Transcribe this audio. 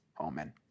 Amen